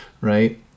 right